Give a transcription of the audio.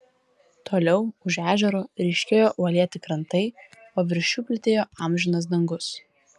toliau už ežero ryškėjo uolėti krantai o virš jų plytėjo amžinas dangus